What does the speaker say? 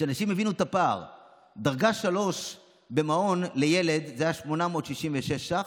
אנשים הבינו את הפערL דרגה 3 במעון לילד זה היה 866 ש"ח,